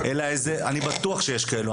אני בטוח שיש כאלה.